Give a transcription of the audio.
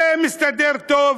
זה מסתדר טוב,